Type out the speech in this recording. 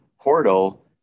portal